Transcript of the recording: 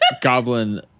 Goblin